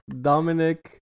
Dominic